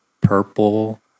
purple